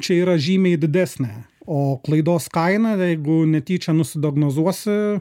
čia yra žymiai didesnė o klaidos kaina jeigu netyčia nisidiagnozuosi